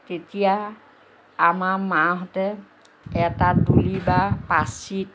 তেতিয়া আমাৰ মাহঁতে এটা তুলি বা পাঁচিত